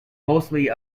mostly